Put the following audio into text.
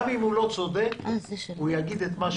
גם אם הוא לא צודק, הוא יגיד את מה שהוא רוצה.